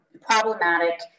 problematic